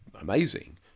amazing